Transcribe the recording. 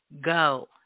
go